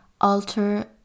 alter